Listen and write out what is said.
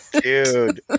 Dude